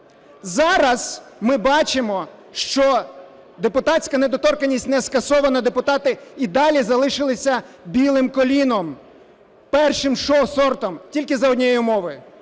Зараз ми бачимо, що депутатська недоторканність не скасована, депутати і далі залишилися "білим коліном", першим сортом тільки за однієї умови,